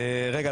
רגע,